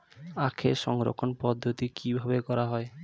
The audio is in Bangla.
আখের সংরক্ষণ পদ্ধতি কিভাবে করা হয়?